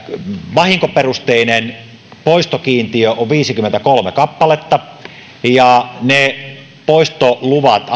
vahinkoperusteinen poistokiintiö on viisikymmentäkolme kappaletta ja ne poistoluvat